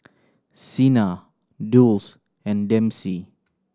Sena Dulce and Dempsey